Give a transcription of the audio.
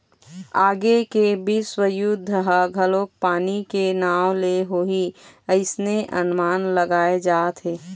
आगे के बिस्व युद्ध ह घलोक पानी के नांव ले होही अइसने अनमान लगाय जाथे